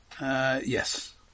Yes